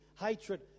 hatred